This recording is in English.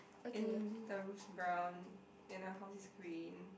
and those brown and the house is green